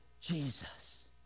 Jesus